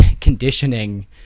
conditioning